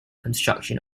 construction